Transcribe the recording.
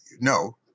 no